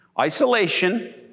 Isolation